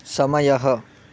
समयः